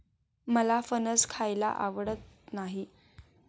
मला फणस खायला आवडत नाही